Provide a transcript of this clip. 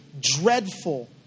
dreadful